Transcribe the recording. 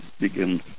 begin